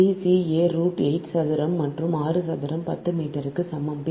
D c a root 8 சதுரம் மற்றும் 6 சதுரம் 10 மீட்டருக்கு சமம்